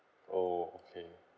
orh okay